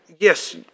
Yes